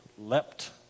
leapt